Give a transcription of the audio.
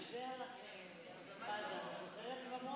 ההצעה להעביר את הנושא לוועדת הכספים נתקבלה.